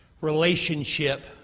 relationship